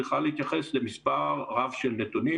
צריכה להתייחס למספר רב של נתונים,